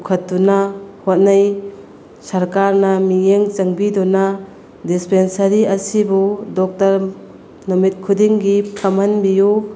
ꯄꯨꯈꯠꯇꯨꯅ ꯍꯣꯠꯅꯩ ꯁꯔꯀꯥꯔꯅ ꯃꯤꯠꯌꯦꯡ ꯆꯪꯕꯤꯗꯨꯅ ꯗꯤꯁꯄꯦꯟꯁꯔꯤ ꯑꯁꯤꯕꯨ ꯗꯣꯛꯇꯔ ꯅꯨꯃꯤꯠ ꯈꯨꯗꯤꯡꯒꯤ ꯐꯝꯍꯟꯕꯤꯎ